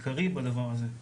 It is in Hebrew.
עיקרי בדבר הזה,